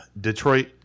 Detroit